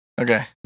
Okay